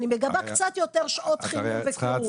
אני מגבה קצת יותר שעות חימום וקירור.